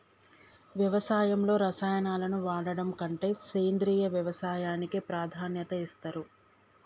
వ్యవసాయంలో రసాయనాలను వాడడం కంటే సేంద్రియ వ్యవసాయానికే ప్రాధాన్యత ఇస్తరు